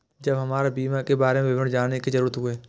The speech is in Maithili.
जब हमरा बीमा के बारे में विवरण जाने के जरूरत हुए?